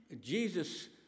Jesus